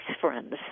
friends